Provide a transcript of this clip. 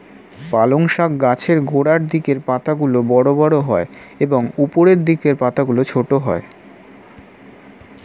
পালং শাক গাছের গোড়ার দিকের পাতাগুলো বড় বড় হয় এবং উপরের দিকের পাতাগুলো ছোট হয়